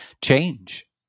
change